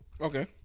Okay